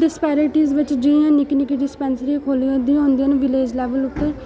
disparities बिच्च जियां निक्की निक्की डिस्पैंसरियां खोह्ली दियां होंदियां न विलेज लेवल उप्पर